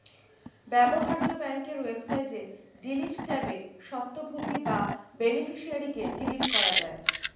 ব্যবহার্য ব্যাংকের ওয়েবসাইটে ডিলিট ট্যাবে স্বত্বভোগী বা বেনিফিশিয়ারিকে ডিলিট করা যায়